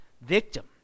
victim